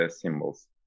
symbols